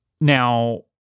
Now—